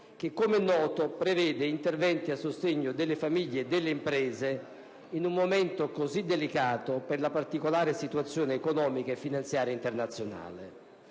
che, come noto, prevede interventi a sostegno delle famiglie e delle imprese, in un momento così delicato per la particolare situazione economica e finanziaria internazionale.